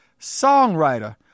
songwriter